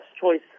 choice